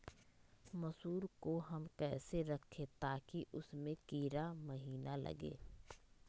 मसूर को हम कैसे रखे ताकि उसमे कीड़ा महिना लगे?